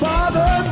Father